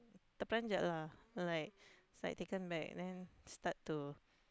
teperanjat lah like he's like taken back then start to